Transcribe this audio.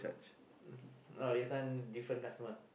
oh this one different customer